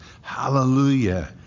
hallelujah